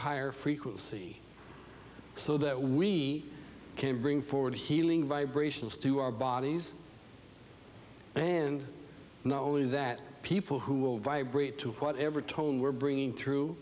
higher frequency so that we can bring forward healing vibrations to our bodies and not only that people who will vibrate to whatever tone we're bringing through